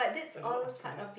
I don't ask for this